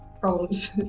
problems